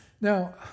Now